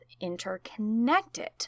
interconnected